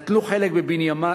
נטלו חלק בבניינה,